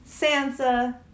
Sansa